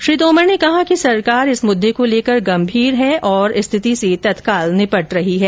श्री तोमर ने कहा कि सरकार इस मुद्दे को लेकर गंभीर है और स्थिति से तत्काल निपट रही है